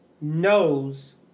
knows